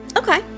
Okay